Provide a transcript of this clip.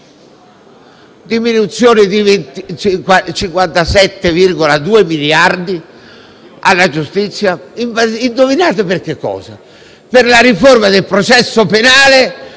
diminuzione di 57,2 miliardi alla giustizia e indovinate per che cosa? Per la riforma del processo penale